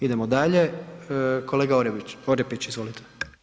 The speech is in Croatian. Idemo dalje, kolega Orepić, izvolite.